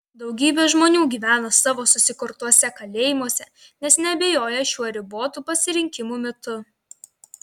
daugybė žmonių gyvena savo susikurtuose kalėjimuose nes neabejoja šiuo ribotų pasirinkimų mitu